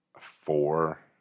Four